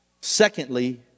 Secondly